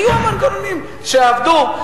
היו המנגנונים שעבדו,